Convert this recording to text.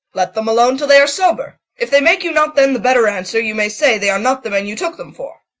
let them alone till they are sober if they make you not then the better answer, you may say they are not the men you took them for.